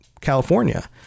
California